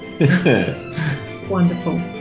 Wonderful